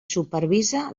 supervisa